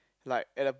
like at the